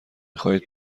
خواهید